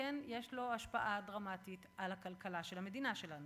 שכן יש לו השפעה דרמטית על הכלכלה של המדינה שלנו.